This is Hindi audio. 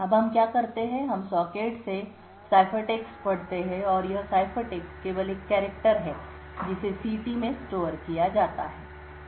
अब हम क्या करते हैं हम सॉकेट से सिफरटेक्स्ट पढ़ते हैं और यह सिफरटेक्स्ट केवल एक कैरेक्टर हैं जिसे ct में स्टोर किया जाता है